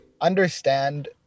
understand